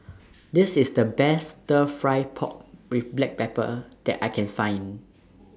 This IS The Best Stir Fry Pork with Black Pepper that I Can Find